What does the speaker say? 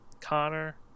Connor